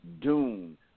Dune